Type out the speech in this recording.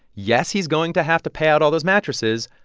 yes, he's going to have to pay out all those mattresses,